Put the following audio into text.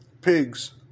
pigs